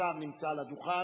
השר נמצא על הדוכן.